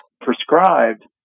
prescribed